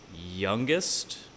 youngest